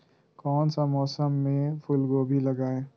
कौन सा मौसम में फूलगोभी लगाए?